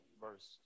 verse